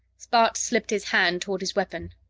bart slipped his hand toward his weapon.